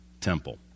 temple